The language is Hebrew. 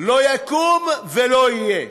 לא יקום ולא יהיה,